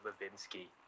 Levinsky